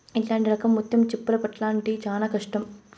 ఇట్లాంటి రకం ముత్యం చిప్పలు పట్టాల్లంటే చానా కష్టం